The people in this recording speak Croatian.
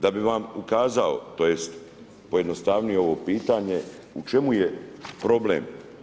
Da bih vam ukazao, tj. pojednostavnio ovo pitanje u čemu je problem.